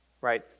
right